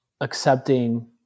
accepting